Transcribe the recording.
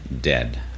dead